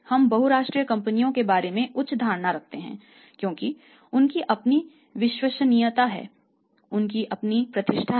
हम बहुराष्ट्रीय कंपनियों के बारे में उच्च धारणा रखते हैं क्योंकि उनकी अपनी विश्वसनीयता है उनकी अपनी प्रतिष्ठा है